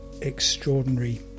extraordinary